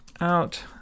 out